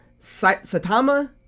Satama